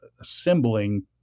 assembling